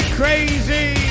crazy